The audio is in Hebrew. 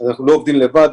שאנחנו לא עובדים לבד,